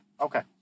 Okay